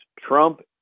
Trump